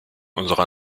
unserer